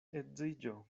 edziĝo